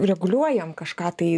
reguliuojam kažką tai